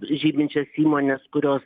žyminčias įmones kurios